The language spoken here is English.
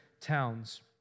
towns